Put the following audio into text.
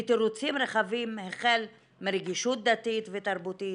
בתירוצים רחבים החל מרגישות דתית ותרבותית